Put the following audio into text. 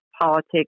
politics